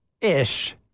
Ish